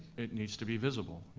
it needs to be visible.